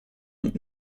und